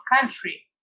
country